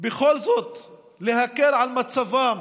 בכל זאת להקל על מצבם